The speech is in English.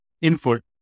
input